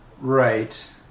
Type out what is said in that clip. Right